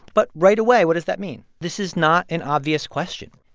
but right away what does that mean? this is not an obvious question.